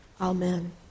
Amen